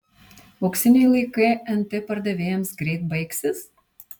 auksiniai laikai nt pardavėjams greit baigsis